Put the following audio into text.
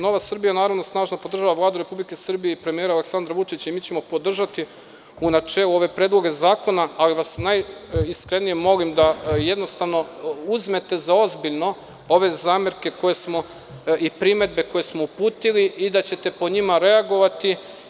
Nova Srbija, naravno, snažno podržava Vladu Republike Srbije i premijera Aleksandra Vučića i mi ćemo podržati u načelu ove predloge zakona, ali vas najiskrenije molim da jednostavno uzmete za ozbiljno ove zamerke i primedbe koje smo uputili i da ćete po njima reagovati.